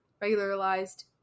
regularized